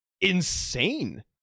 insane